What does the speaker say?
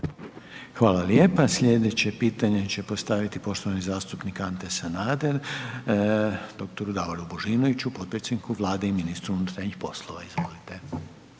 Željko (HDZ)** Slijedeće pitanje će postaviti poštovani zastupnik Ante Sanader dr. Davoru Božinoviću, potpredsjedniku Vlade i ministru unutarnjih poslova, izvolite.